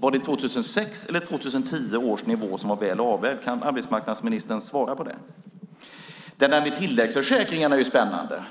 Var det 2006 eller 2010 års nivå som var väl avvägd? Kan arbetsmarknadsministern svara på det? Det där med tilläggsförsäkringarna är spännande.